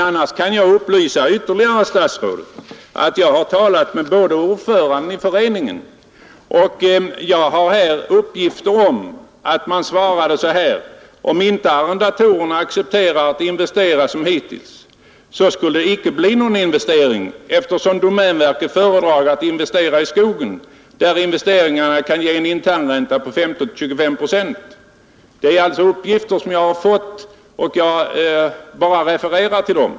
Annars kan jag upplysa statsrådet ytterligare om att jag har talat med ordföranden i föreningen och att jag här har uppgift om att man svarade så här: Om inte arrendatorerna accepterar att investera som hittills, skulle det icke bli någon investering, eftersom domänverket föredrar att investera i skogen, där investeringarna kan ge en internränta på 15 å 25 procent. Det är alltså uppgifter som jag har fått. Jag bara refererar till dem.